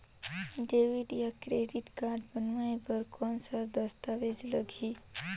Debit या credit card बनवाय बर कौन का दस्तावेज लगही?